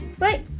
Wait